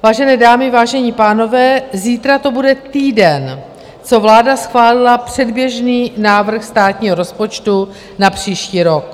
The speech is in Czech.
Vážené dámy, vážení pánové, zítra to bude týden, co vláda schválila předběžný návrh státního rozpočtu na příští rok.